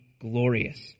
glorious